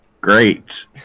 Great